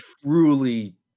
truly